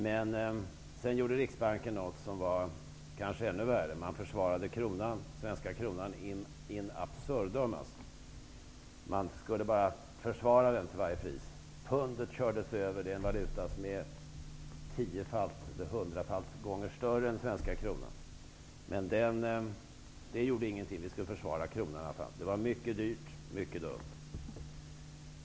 Men sedan gjorde Riksbanken något som kanske var ännu värre -- man försvarade den svenska kronan in absurdum och till varje pris. Pundet kördes över, och det är en valuta som är tiofalt eller hundrafalt större än den svenska kronan. Det gjorde ingenting; vi skulle försvara kronan. Det var mycket dyrt och mycket dumt.